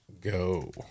Go